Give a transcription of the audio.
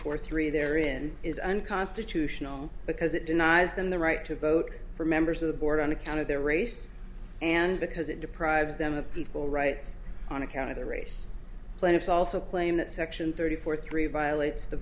four three there in is unconstitutional because it denies them the right to vote for members of the board on account of their race and because it deprives them of equal rights on account of the race plaintiffs also claim that section thirty four three violates the